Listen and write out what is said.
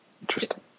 Interesting